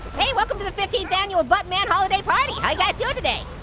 hey, welcome to the fifteenth annual buttman holiday party. guys doing today?